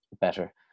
better